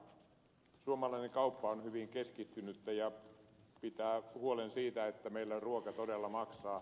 suomalainen kauppa on hyvin keskittynyttä ja pitää huolen siitä että meillä ruoka todella maksaa